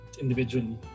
individually